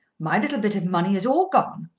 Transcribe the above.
my little bit of money is all gone.